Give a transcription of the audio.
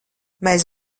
mēs